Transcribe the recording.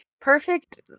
Perfect